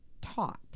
taught